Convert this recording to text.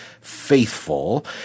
Faithful